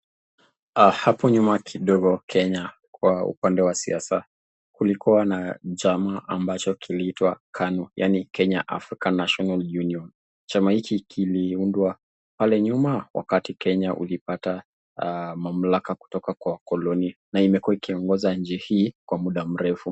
Hapa nyuma kidogo, Kenya, upande wa siasa kulikua na chama ambacho kiliitwa KANU, yaani Kenya African National Union . Chama hichi kiliundwa pale nyuma, wakati Kenya ulipata mamlaka kutoka kwa wakoloni na imekua ikiongoza nchi hii kwa muda mrefu.